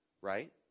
right